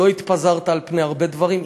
לא התפזרת על פני הרבה דברים,